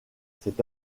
c’est